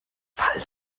fall